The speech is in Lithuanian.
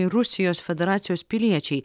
ir rusijos federacijos piliečiai